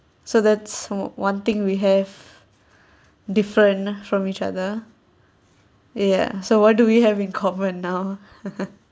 so that's one thing we have different from each other ya so what do we have in common now